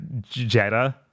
Jetta